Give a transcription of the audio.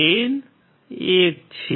gain 1 છે